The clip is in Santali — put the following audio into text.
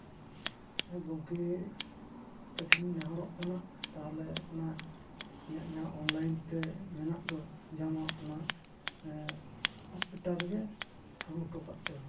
ᱜᱚᱝᱠᱮ ᱟᱯᱮ ᱴᱷᱮᱱ ᱱᱮᱦᱚᱨᱚᱜ ᱠᱟᱱᱟ ᱛᱟᱦᱚᱞᱮ ᱚᱱᱟ ᱤᱧᱟᱹᱜ ᱡᱟᱦᱟᱸ ᱚᱱᱞᱟᱭᱤᱱᱛᱮ ᱢᱮᱱᱟᱜ ᱫᱚ ᱡᱟᱢᱟ ᱚᱱᱟ ᱦᱚᱥᱯᱤᱴᱟᱞ ᱨᱮᱜᱮ ᱟᱹᱜᱩ ᱦᱚᱴᱚ ᱠᱟᱜ ᱯᱮ